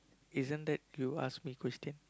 isn't that you ask me question